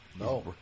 No